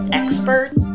experts